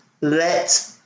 let